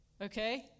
Okay